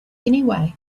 anyway